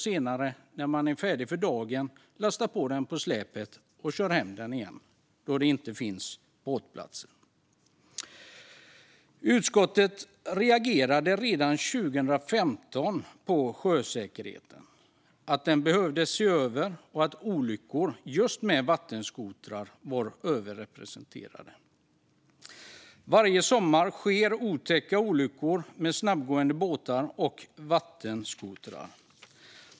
Senare när man är färdig för dagen kan man lasta på den på släpet och köra hem den igen då det inte finns båtplatser. Utskottet reagerade redan 2015 på att sjösäkerheten behövde ses över och att olyckor med just vattenskotrar var överrepresenterade. Varje sommar sker otäcka olyckor med snabbgående båtar och vattenskotrar.